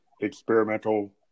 experimental